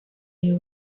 you